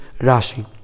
Rashi